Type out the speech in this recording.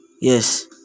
Yes